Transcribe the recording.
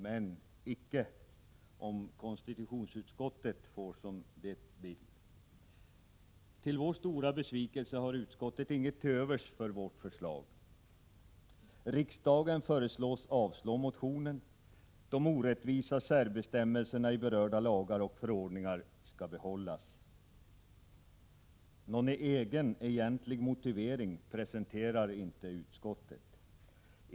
Men icke — om konstitutionsutskottet får som det vill. Till vår stora besvikelse har utskottet inget till övers för vårt förslag. Riksdagen föreslås avslå motionen — de orättvisa särbestämmelserna i berörda lagar och förordningar skall behållas. Någon egen egentlig motivering presenterar inte utskottet.